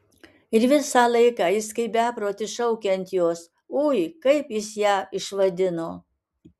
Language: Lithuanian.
ir visą laiką jis kaip beprotis šaukia ant jos ui kaip jis ją išvadino